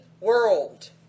World